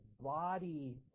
body